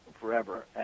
Forever